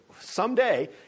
Someday